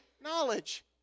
knowledge